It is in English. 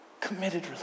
committed